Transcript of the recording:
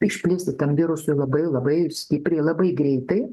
išplisti tam virusui labai labai stipriai labai greitai